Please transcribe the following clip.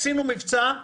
עשינו מבצע,